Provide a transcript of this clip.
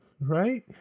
right